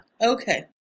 Okay